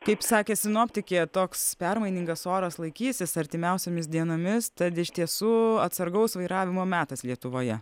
kaip sakė sinoptikė toks permainingas oras laikysis artimiausiomis dienomis tad iš tiesų atsargaus vairavimo metas lietuvoje